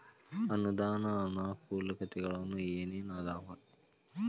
ಅನುದಾನದ್ ಅನಾನುಕೂಲತೆಗಳು ಏನ ಏನ್ ಅದಾವ?